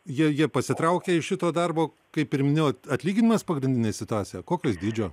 jie jie pasitraukia iš šito darbo kaip ir minėjot atlyginimas pagrindinė situacija kokio jis dydžio